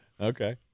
Okay